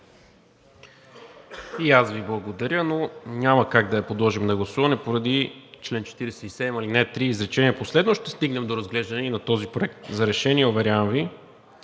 И аз Ви благодаря, но няма как да я подложим на гласуване поради чл. 47, ал. 3, изречение последно. Ще стигнем до разглеждане и на този проект за решение, уверявам Ви.